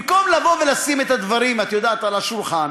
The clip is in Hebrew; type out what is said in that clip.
במקום לשים את הדברים על השולחן,